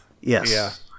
Yes